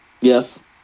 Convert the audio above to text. yes